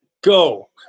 Go